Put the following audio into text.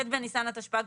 ט' בניסן התשפ"ג,